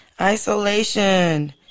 Isolation